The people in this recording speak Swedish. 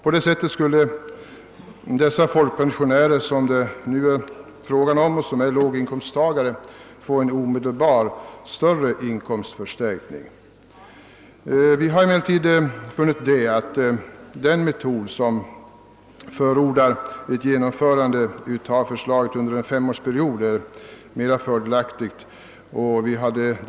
På detta sätt skulle de folkpensionärer som det nu är fråga om och som är låginkomsttagare få en omedelbar och större inkomstförstärkning. Vi har emellertid ansett att den metod vi förordat — ett genomförande av förslaget under en femårsperiod — skulle vara den lämpligaste.